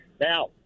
now